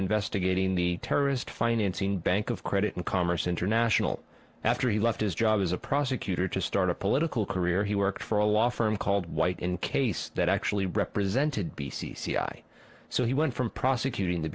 investigating the terrorist financing bank of credit and commerce international after he left his job as a prosecutor to start a political career he worked for a law firm called white in case that actually represented be c c i so he went from prosecuting the